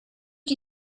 die